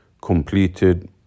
completed